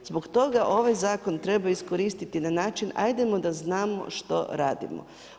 Zbog toga ovaj zakon treba iskoristiti na način ajdemo da znamo što radimo.